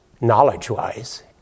Knowledge-wise